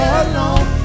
alone